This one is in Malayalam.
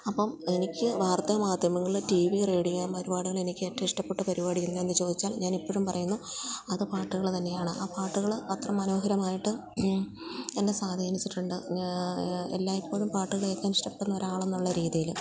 അപ്പം എനിക്ക് വാർത്താ മാധ്യമങ്ങളില് ടീ വി റേഡിയോ പരിപാടികളില് എനിക്കേറ്റവും ഇഷ്ടപ്പെട്ട പരിപാടിയേതാണെന്ന് ചോദിച്ചാൽ ഞാനിപ്പോഴും പറയുന്നു അത് പാട്ടുകള് തന്നെയാണ് ആ പാട്ടുകളത്ര മനോഹരമായിട്ട് എന്നെ സ്വാധീനിച്ചിട്ടുണ്ട് എല്ലായ്പ്പോഴും പാട്ടുകള് കേള്ക്കാൻ ഇഷ്ടപ്പെടുന്ന ഒരാളെന്നുള്ള രീതിയില്